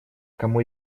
кому